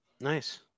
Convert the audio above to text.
Nice